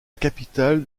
capitale